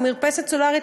או מרפסת סולרית,